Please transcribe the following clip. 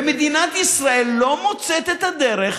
מדינת ישראל לא מוצאת את הדרך